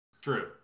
True